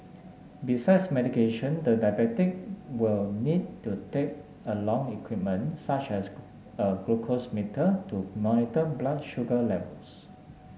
besides medication the diabetic will need to take along equipment such as a glucose meter to monitor blood sugar levels